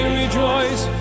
rejoice